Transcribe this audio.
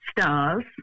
stars